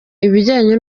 ibijyanye